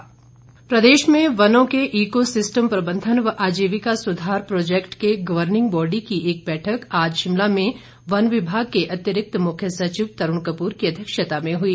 जायका project प्रदेश में वनों के इको सिस्टम प्रबंधन व आजीविका सुधार प्रोजैक्ट के गर्वनिंग बोर्ड की एक बैठक आज शिमला में वन विभाग के अतिरिक्त मुख्य सचिव तरुण कपूर की अध्यक्षता में हई